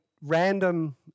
random